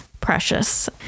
precious